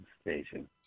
station